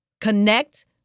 Connect